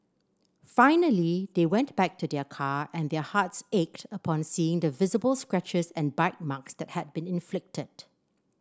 finally they went back to their car and their hearts ached upon seeing the visible scratches and bite marks that had been inflicted